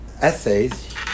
essays